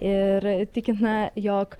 ir tikina jog